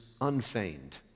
unfeigned